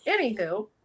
Anywho